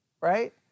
right